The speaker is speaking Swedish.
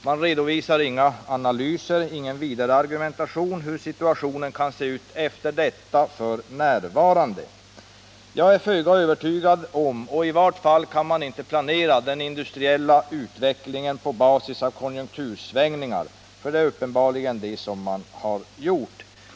Man redovisar inga analyser, ingen vidare argumentation om hur situationen kan se ut efter detta ”f. n.”. Jag är föga övertygad, och i varje fall kan man inte planera den industriella utvecklingen på basis av konjunktursvängningar, för det är uppenbarligen det som man har gjort.